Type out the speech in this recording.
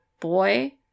boy